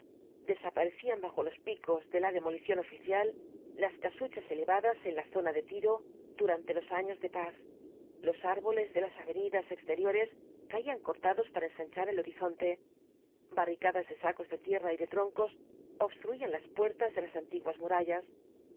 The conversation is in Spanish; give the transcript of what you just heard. desaparecían bajo los picos de la demolición oftcial las casuchas elevadas en la zona de tiro durante los años de paz los árboles de las avenidas exteriores cíiían cortados para ensanchar el horizonte barricadas de sacos de tierra y de troncos obstruían las puertas de las antiguas murallas